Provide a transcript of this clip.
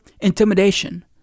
intimidation